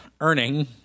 earning